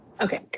Okay